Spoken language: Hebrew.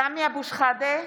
(קוראת בשמות חברי הכנסת) סמי אבו שחאדה,